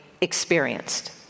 experienced